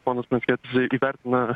ponas pranskietis įvertina